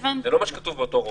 זה לא מה שכתוב, באותו רוב.